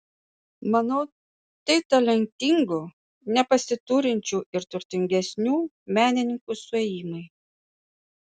manau tai talentingų nepasiturinčių ir turtingesnių menininkų suėjimai